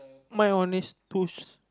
mine only s~ two s~